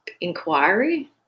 inquiry